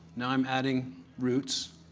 i'm adding roots,